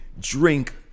drink